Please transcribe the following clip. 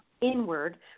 inward